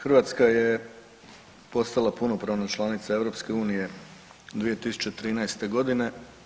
Hrvatska je postala punopravna članica EU 2013. godine.